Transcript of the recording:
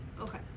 Okay